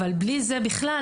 אבל בלי זה בכלל,